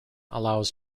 allows